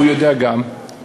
כשהוא יבין שיש לו גיבוי,